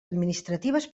administratives